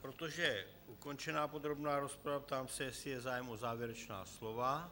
Protože je ukončena obecná rozprava, ptám se, jestli je zájem o závěrečná slova.